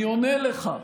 אני עונה לך.